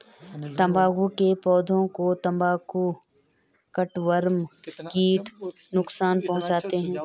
तंबाकू के पौधे को तंबाकू कटवर्म कीट नुकसान पहुंचाते हैं